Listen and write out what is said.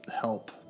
help